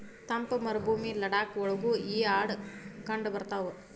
ತಂಪ ಮರಭೂಮಿ ಲಡಾಖ ಒಳಗು ಈ ಆಡ ಕಂಡಬರತಾವ